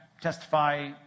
testify